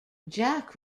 jack